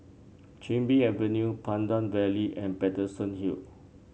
Chin Bee Avenue Pandan Valley and Paterson Hill